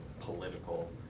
political